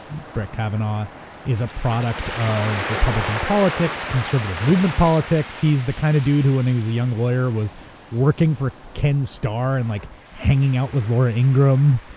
brett kavanaugh is a product of republican politics, conservative movement politics. he's the kind of dude who, when he was a young lawyer was working for ken starr and like hanging out with laura ingraham,